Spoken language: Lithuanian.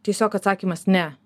tiesiog atsakymas ne